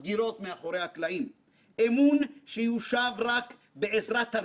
4) יש להעמיק את האכיפה ואת סל הכלים העומד לרשות הרגולטורים.